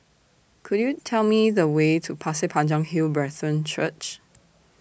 Could YOU Tell Me The Way to Pasir Panjang Hill Brethren Church